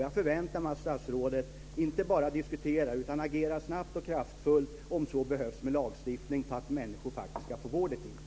Jag förväntar mig att statsrådet inte bara diskuterar utan agerar snabbt och kraftfullt, om så behövs med lagstiftning, för att människor faktiskt ska få vård i tid.